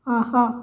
ஆஹா